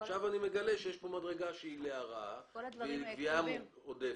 עכשיו אני מגלה שיש פה מדרגה שהיא הרעה והיא גבייה עודפת.